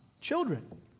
Children